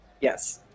Yes